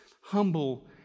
humble